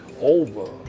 over